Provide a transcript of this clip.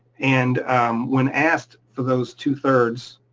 and when asked for those two thirds,